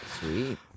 sweet